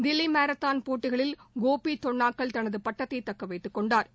Delhi marathon போட்டிகளில் கோபி தோனாக்கல் தனது பட்டத்தை தக்க வைத்து கொண்டாா்